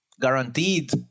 guaranteed